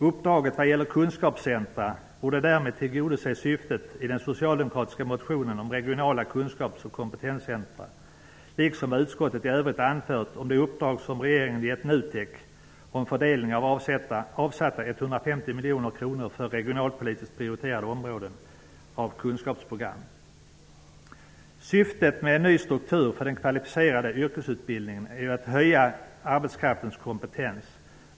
Uppdraget vad gäller kunskapscentra borde därmed tillgodose syftet i den socialdemokratiska motionen om regionala kunskaps och kompetenscentra, liksom vad utskottet i övrigt anfört om det uppdrag som regeringen gett Syftet med en ny struktur för den kvalificerade yrkesutbildningen är att höja arbetskraftens kompetens.